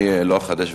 אני לא אחדש,